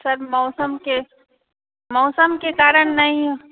sir मौसम के मौसम के कारण नहीं